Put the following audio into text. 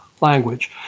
language